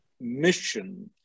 mission